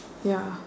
ya